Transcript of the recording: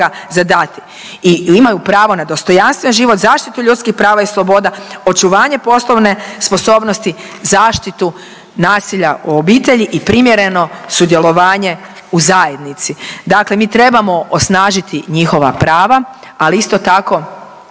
za dati i imaju pravo na dostojanstven život, zaštitu ljudskih prava i sloboda, očuvanje poslovne sposobnosti, zaštitu nasilja u obitelji i primjereno sudjelovanje u zajednici, dakle mi trebamo osnažiti njihova prava, ali isto tako